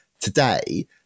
today